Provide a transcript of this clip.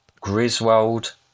Griswold